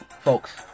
folks